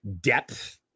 depth